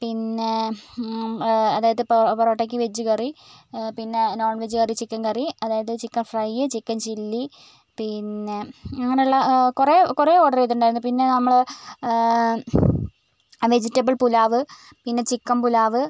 പിന്നെ അതായത് പൊ പൊറോട്ടയ്ക്ക് വെജ് കറി പിന്നെ non veg curry chicken curry അതായത് ചിക്കൻ ഫ്രൈ ചിക്കൻ ചില്ലി പിന്നെ അങ്ങനെയുള്ള കുറേ കുറേ ഓർഡറു ചെയ്തിട്ടുണ്ടായിരുന്നു പിന്നെ നമ്മൾ വെജിറ്റബിൾ പുലാവ് പിന്നെ ചിക്കൻ പുലാവ്